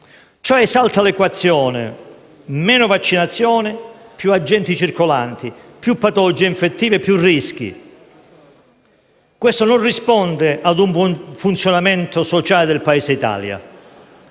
ciò esalta l'equazione: meno vaccinazione, più agenti circolanti, più patologie infettive, più rischi. E questo non risponde a un buon funzionamento sociale del Paese Italia.